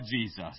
Jesus